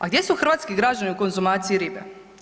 A gdje su hrvatski građani u konzumaciji ribe?